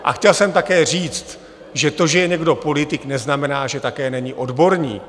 A chtěl jsem také říct, že to, že je někdo politik, neznamená, že také není odborník.